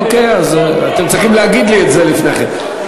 אוקיי, אז אתם צריכים להגיד לי את זה לפני כן.